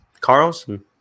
Carlson